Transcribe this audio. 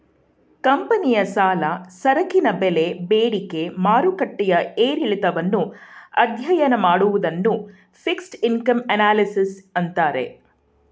ಕಂಪನಿಯ ಸಾಲ, ಸರಕಿನ ಬೆಲೆ ಬೇಡಿಕೆ ಮಾರುಕಟ್ಟೆಯ ಏರಿಳಿತವನ್ನು ಅಧ್ಯಯನ ಮಾಡುವುದನ್ನು ಫಿಕ್ಸೆಡ್ ಇನ್ಕಮ್ ಅನಲಿಸಿಸ್ ಅಂತಾರೆ